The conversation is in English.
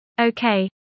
Okay